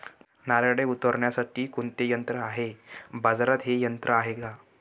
नारळे उतरविण्यासाठी कोणते यंत्र आहे? बाजारात हे यंत्र आहे का?